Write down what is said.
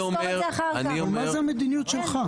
מה זאת המדיניות שלך?